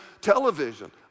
television